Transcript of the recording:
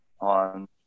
on